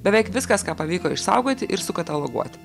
beveik viskas ką pavyko išsaugoti ir sukataloguoti